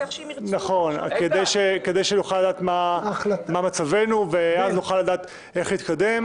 כדי שנוכל לדעת מה מצבנו ואז נוכל לדעת איך להתקדם.